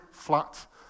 flat